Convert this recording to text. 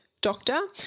doctor